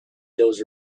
those